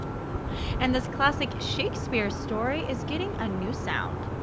and this classic shakespeare story is getting a new sound.